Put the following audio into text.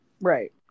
Right